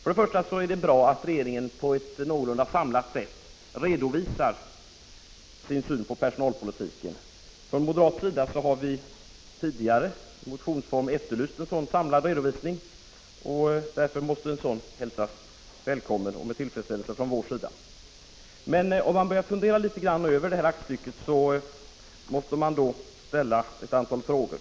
Det är bra att regeringen på ett någorlunda samlat sätt redovisar sin syn på personalpolitiken. Från moderat sida har vi tidigare i motionsform efterlyst en sådan samlad redovisning, och därför måste den hälsas med tillfredsställelse från vår sida. Men om man börjar fundera litet över det här aktstycket måste man ställa ett antal frågor.